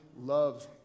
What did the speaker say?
love